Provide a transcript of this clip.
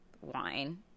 wine